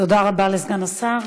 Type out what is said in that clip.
תודה רבה לסגן השר.